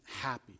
happy